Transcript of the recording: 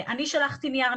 אני שלחתי נייר,